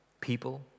people